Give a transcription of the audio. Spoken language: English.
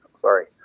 Sorry